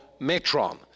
metron